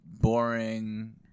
boring